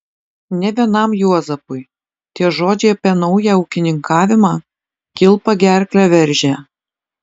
ne vienam juozapui tie žodžiai apie naują ūkininkavimą kilpa gerklę veržė